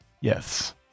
Yes